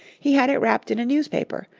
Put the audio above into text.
he had it wrapped in a newspaper,